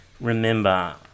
remember